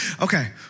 Okay